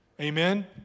amen